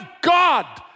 God